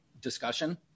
discussion